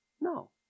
No